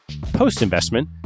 Post-investment